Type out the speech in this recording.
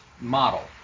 model